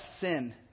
sin